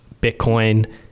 Bitcoin